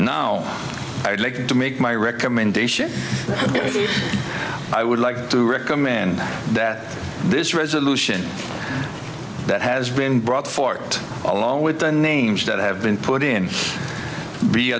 would like to make my recommendation i would like to recommend that this resolution that has been brought forward along with the names that have been put in